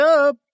up